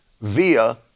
via